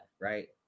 right